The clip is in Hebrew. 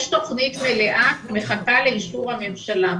יש תכנית מלאה שמחכה לאישור הממשלה.